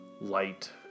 light